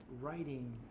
writing